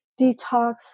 detox